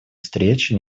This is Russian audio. встречи